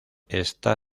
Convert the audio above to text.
está